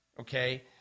okay